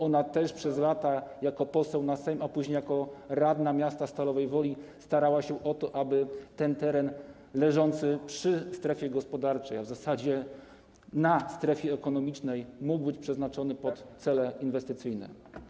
Ona też przez lata jako poseł na Sejm, a później jako radna miasta Stalowej Woli starała się o to, aby teren leżący przy strefie gospodarczej, a w zasadzie na strefie ekonomicznej, mógł być przeznaczony pod cele inwestycyjne.